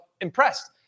impressed